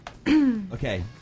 Okay